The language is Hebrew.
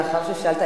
מאחר ששאלת,